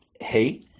hey